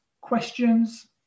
questions